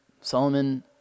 Solomon